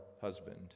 husband